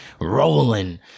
rolling